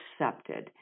accepted